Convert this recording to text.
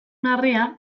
harria